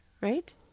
right